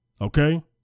Okay